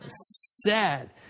sad